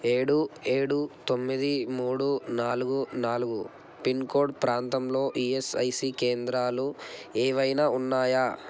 ఏడు ఏడు తొమ్మిది మూడు నాలుగు నాలుగు పిన్కోడ్ ప్రాంతంలో ఈఎస్ఐసి కేంద్రాలు ఏవైనా ఉన్నాయా